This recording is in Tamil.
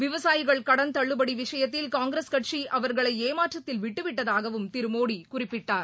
விவசாயிகள் தள்ளுபடவிஷயத்தில் காங்கிரஸ் கட்சிஅவர்களைஏமாற்றத்தில் கடன் விட்டுவிட்டதாகவும் திருமோடிகுறிப்பிட்டார்